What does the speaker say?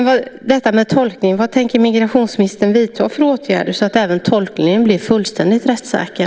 Vad tänker migrationsministern vidta för åtgärder så att även tolkningen blir fullständigt rättssäker?